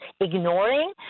ignoring